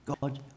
God